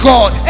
God